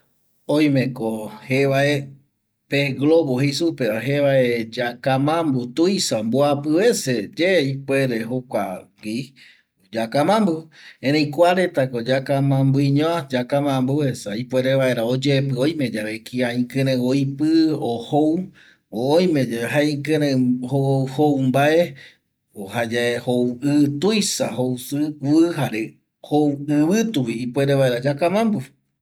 Oimeko jevae pez globo jei supeva, jevae yakamambu tuisa mboapiveceye ipuere jokuagui yakamambu, erei kua retako yakamambuiñoa, yakamambu esa ipuere vaera oyepi oime yave kia ikirei oipi o jou o oime yave jae ikirei jou mbae jayae jou tuisa i jare jou ivituvi ipuere vaera yakamambu